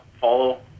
follow